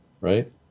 right